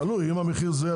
תלוי אם המחיר זה,